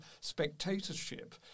spectatorship